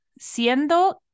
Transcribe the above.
Siendo